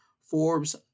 Forbes